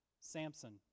Samson